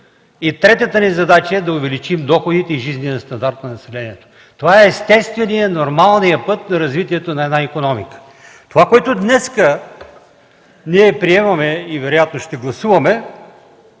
и третата – да увеличим доходите и жизнения стандарт на населението. Това е естественият, нормалният път за развитието на една икономика. Това, което днес приемаме и вероятно ще гласуваме,